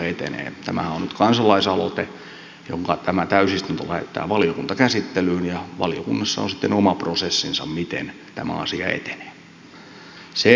tämähän on nyt kansalaisaloite jonka tämä täysistunto lähettää valiokuntakäsittelyyn ja valiokunnassa on sitten oma prosessinsa miten tämä asia etenee